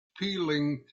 peeling